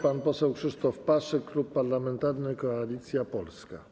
Pan poseł Krzysztof Paszyk, Klub Parlamentarny Koalicja Polska.